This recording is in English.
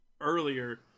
earlier